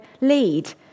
lead